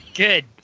Good